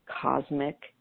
cosmic